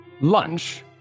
lunch